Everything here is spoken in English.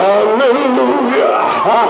Hallelujah